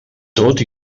tot